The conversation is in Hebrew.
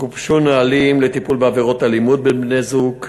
גובשו נהלים לטיפול בעבירות אלימות בין בני-זוג,